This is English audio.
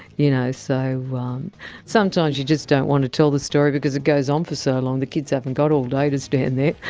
you know so sometimes you just don't want to tell the story because it goes on for so long. the kids haven't have all day to stand there.